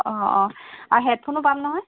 অঁ অঁ আৰু হেডফোনো পাম নহয়